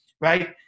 right